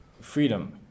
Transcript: freedom